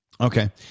Okay